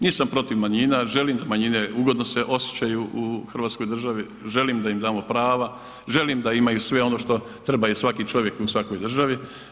Nisam protiv manjina, želim da manjine ugodno se osjećaju u Hrvatskoj državi, želim da im damo prava, želim da imaju sve ono što treba svaki čovjek u svakoj državi.